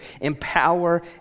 empower